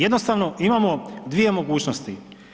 Jednostavno imamo dvije mogućnosti.